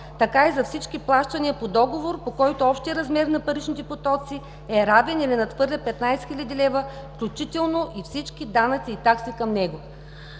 така и за всички плащания по договор, по който общият размер на паричните потоци е равен или надхвърля 15 хил. лв., включително и всички данъци и такси към него“.